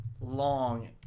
long